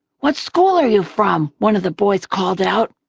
what school are you from? one of the boys called out.